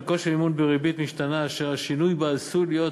חלקו של מימון בריבית משתנה אשר השינוי בה עשוי להיות